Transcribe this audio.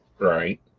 Right